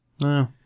No